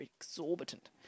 exorbitant